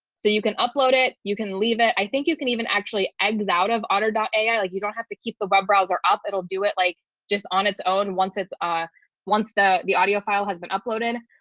so you can upload it you can leave it i think you can even actually exit out of otter ai like you don't have to keep the web browser up it'll do it like just on its own once it's ah once the the audio file has been uploaded,